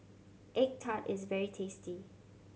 egg tart is very tasty